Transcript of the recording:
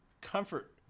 comfort